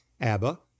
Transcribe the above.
Abba